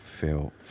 feel